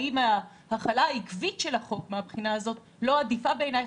האם החלה עקבית של החוק מהבחינה הזאת לא עדיפה בעיניך